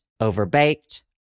overbaked